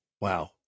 Wow